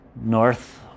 north